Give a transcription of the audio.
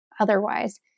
otherwise